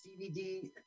DVD